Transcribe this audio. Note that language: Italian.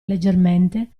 leggermente